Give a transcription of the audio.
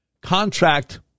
contract